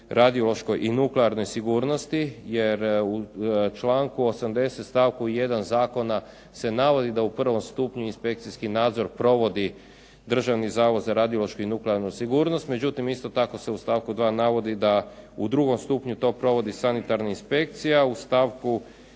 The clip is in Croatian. radiološkoj i nuklearnoj sigurnosti, jer u članku 80. stavku 1. zakona se navodi da u prvom stupnju inspekcijski nadzor provodi Državni zavod za radiološku i nuklearnu sigurnost. Međutim, isto tako se u stavku 2. navodi da u drugom stupnju to provodi sanitarna inspekcija. U stavku